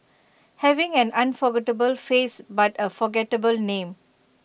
having an unforgettable face but A forgettable name